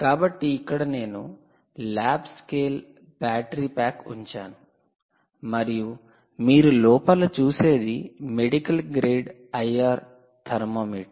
కాబట్టి ఇక్కడ నేను ల్యాబ్ స్కేల్ బ్యాటరీ ప్యాక్ ఉంచాను మరియు మీరు లోపల చూసేది మెడికల్ గ్రేడ్ ఐఆర్ థర్మామీటర్